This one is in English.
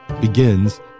begins